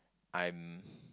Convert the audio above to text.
I'm